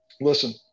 listen